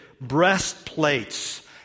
breastplates